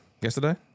yesterday